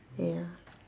ya